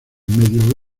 medio